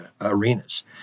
arenas